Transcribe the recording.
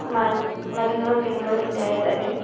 माज माझं नाव विमल लिंगायत आहे